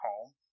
home